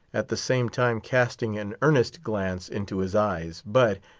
at the same time casting an earnest glance into his eyes, but,